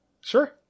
Sure